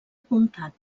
apuntat